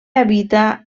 habita